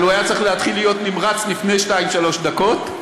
אבל הוא היה צריך להתחיל להיות נמרץ לפני שתיים-שלוש דקות.